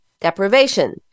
deprivation